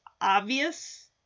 obvious